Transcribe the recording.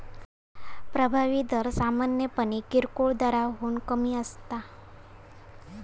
प्रभावी दर सामान्यपणे किरकोळ दराहून कमी असता